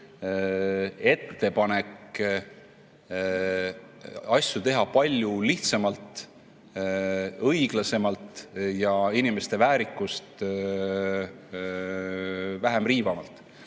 ettepanek teha asju palju lihtsamalt, õiglasemalt ja inimeste väärikust vähem riivavalt.